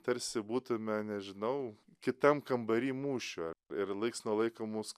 tarsi būtume nežinau kitam kambary mūšio ir laiks nuo laiko mus